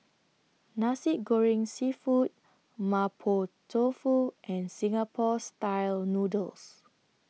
Nasi Goreng Seafood Mapo Tofu and Singapore Style Noodles